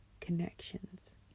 connections